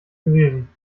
gewesen